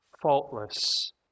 faultless